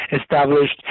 established